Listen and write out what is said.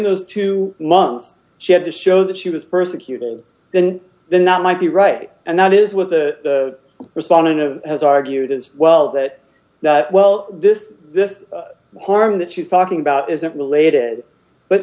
those two months she had to show that she was persecuted then then that might be right and that is what the respondent of has argued as well that well this this harm that she's talking about isn't related but